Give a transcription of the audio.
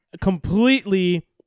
completely